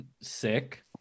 sick